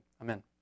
Amen